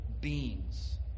beings